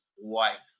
wife